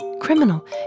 Criminal